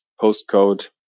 postcode